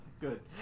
Good